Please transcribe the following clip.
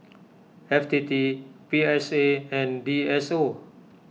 F T T P S A and D S O